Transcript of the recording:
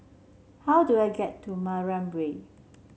how do I get to Mariam Way